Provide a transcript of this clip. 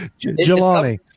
Jelani